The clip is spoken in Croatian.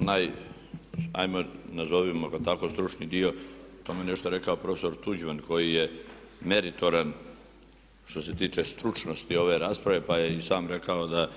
Onaj hajmo nazovimo ga tako stručni dio, o tome je nešto rekao prof. Tuđman koji je meritoran što se tiče stručnosti ove rasprave, pa je i sam rekao da